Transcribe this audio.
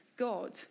God